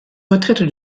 retraite